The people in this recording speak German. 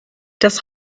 das